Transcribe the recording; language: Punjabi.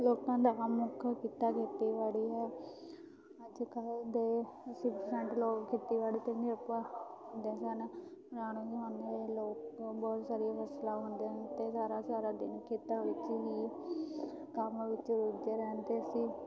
ਲੋਕਾਂ ਦਾ ਕੰਮ ਮੁੱਖ ਕਿੱਤਾ ਖੇਤੀਬਾੜੀ ਹੈ ਅੱਜ ਕੱਲ੍ਹ ਦੇ ਅੱਸੀ ਪ੍ਰਸੈਂਟ ਲੋਕ ਖੇਤੀਬਾੜੀ 'ਤੇ ਨਿਰਭਰ ਹੁੰਦੇ ਸਨ ਪੁਰਾਣੇ ਜਮਾਨੇ ਦੇ ਲੋਕ ਬਹੁਤ ਸਾਰੀਆਂ ਫ਼ਸਲਾਂ ਉਗਾਉਂਦੇ ਹਨ ਅਤੇ ਸਾਰਾ ਸਾਰਾ ਦਿਨ ਖੇਤਾਂ ਵਿੱਚ ਹੀ ਕੰਮ ਵਿੱਚ ਰੁੱਝੇ ਰਹਿੰਦੇ ਸੀ